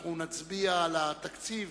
אנחנו נצביע על התקציב,